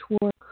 work